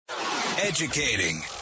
Educating